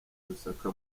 lusaka